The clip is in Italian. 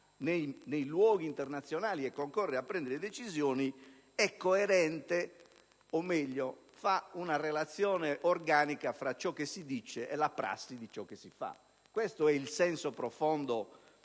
nei luoghi internazionali e concorre a prendere decisioni. In ogni caso è in grado di fare una relazione organica fra ciò che si dice e la prassi di ciò che si fa. Questo è il senso profondo